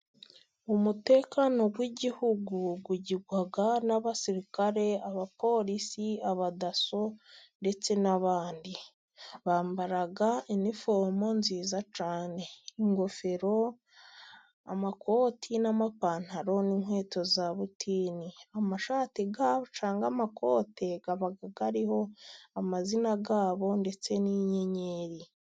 Umutekano w'igihugu ugirwa n'abasirikare, abapolisi, abadaso, ndetse n'abandi. Bambara inifomo nziza cyane, ingofero, amakoti n'amapantaro, n'inkweto za butinini, amashati yabo cyangwa amakote, aba ariho amazina yabo ndetse n'inyenyeri.